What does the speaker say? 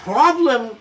problem